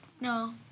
no